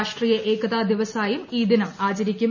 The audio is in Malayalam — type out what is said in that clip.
രാഷ്ട്രീയ ഏകതാ ദിവസ് ആയും ഈ ദിനം ആചരിക്കും